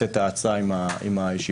לתת האצה עם הישיבות.